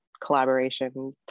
collaboration